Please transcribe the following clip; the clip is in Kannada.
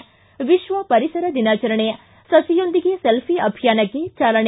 ಿಗಾವಿಶ್ವ ಪರಿಸರ ದಿನಾಚರಣೆ ಸಸಿಯೊಂದಿಗೆ ಸೆಲ್ಫಿ ಅಭಿಯಾನಕ್ಕೆ ಚಾಲನೆ